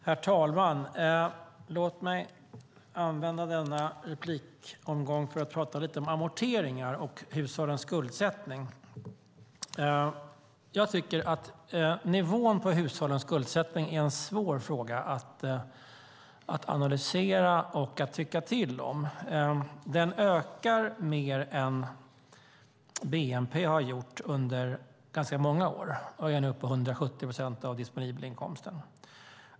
Herr talman! Låt mig använda detta anförande till att prata lite om amorteringar och hushållens skuldsättning. Jag tycker att nivån på hushållens skuldsättning är en svår fråga att analysera och att tycka till om. Den ökar mer än bnp har gjort under ganska många år och är nu uppe i 170 procent av den disponibla inkomsten.